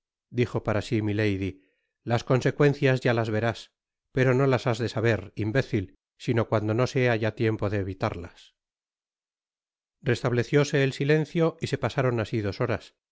dijo para si milady las consecuencias ya las verás pero no las has de saber imbécil sino cuando no sea ya tiempo de evitarlas restablecióse el silencio y se pasaron asi dos horas